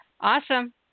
Awesome